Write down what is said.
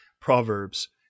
Proverbs